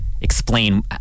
explain